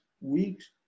weeks